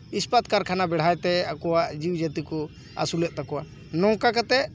ᱤᱥᱯᱟᱛ ᱠᱟᱨᱠᱷᱟᱱᱟ ᱵᱮᱲᱦᱟᱭ ᱛᱮ ᱟᱠᱚᱣᱟᱜ ᱡᱤᱣᱤ ᱡᱟᱛᱤ ᱠᱚ ᱟᱥᱩᱞᱮᱫ ᱛᱟᱠᱚᱣᱟ ᱱᱚᱝᱠᱟ ᱠᱟᱛᱮᱫ